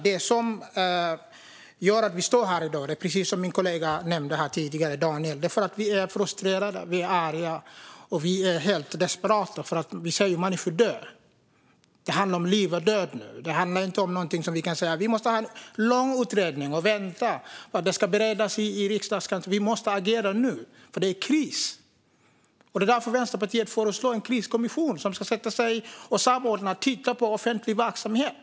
Det som gör att vi står här i dag är, precis som min kollega Daniel nämnde tidigare, att vi är frustrerade. Vi är arga och helt desperata, för vi ser att människor dör. Det handlar om liv och död nu. Vi kan inte säga att vi måste ha en lång utredning och vänta på att det ska beredas. Vi måste agera nu, för det är kris. Det är därför Vänsterpartiet föreslår en kriskommission som ska sätta sig ned och samordnat titta på offentlig verksamhet.